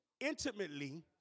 intimately